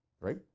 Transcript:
right